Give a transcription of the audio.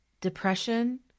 depression